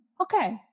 Okay